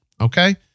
okay